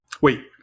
Wait